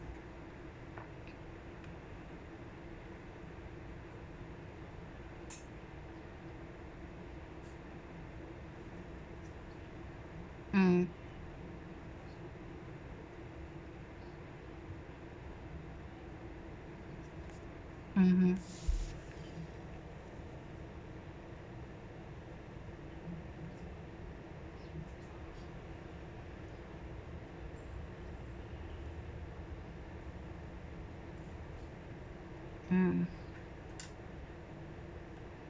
mm mmhmm mm